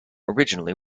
originally